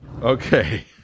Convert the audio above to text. Okay